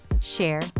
share